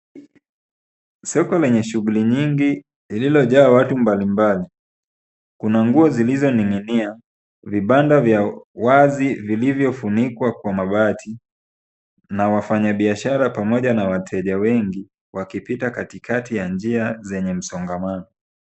Soko lenye shughuli nyingi lililojaa watu mbali mbali. Kuna nguo zilizoning'inia, vibanda za watu vilivyofunikwa kwa mabati na wafanyabiashara pamoja na wateja wengi wakipita katikati ya njia zenye msongamano.